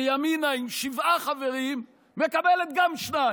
וגם ימינה, עם שבעה חברים, מקבלת שניים.